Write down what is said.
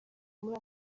muri